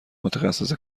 متخصص